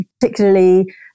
particularly